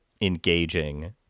engaging